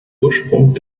ursprung